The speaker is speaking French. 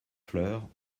fleurs